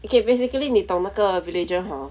okay basically 你懂那个 villager hor